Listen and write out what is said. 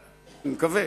אני מקווה,